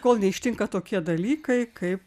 kol neištinka tokie dalykai kaip